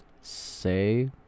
say